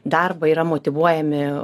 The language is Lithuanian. darbą yra motyvuojami